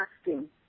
asking